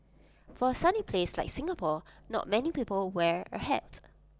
for A sunny place like Singapore not many people wear A hats